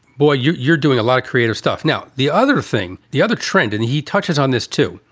boy, you're you're doing a lot of creative stuff now. the other thing, the other trend and he touches on this, too,